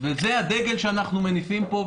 וזה הדגל שאנחנו מניפים פה,